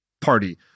party